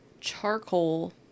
charcoal